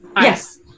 Yes